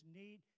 need